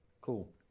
Cool